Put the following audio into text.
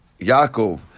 Yaakov